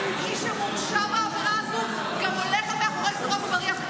-- ומי שמורשע בעבירה הזאת גם הולך מאחורי סורג ובריח.